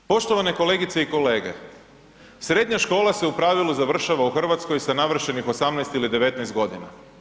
Poštovane kolegice i kolege, srednja škola se u pravilu završava u Hrvatskoj sa navršenih 18 ili 19 godina.